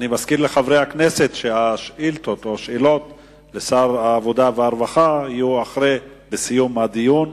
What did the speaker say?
אני מזכיר לחברי הכנסת שהשאלות לשר העבודה והרווחה יהיו בסיום הדיון,